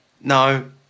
No